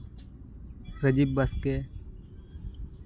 Rajib Baske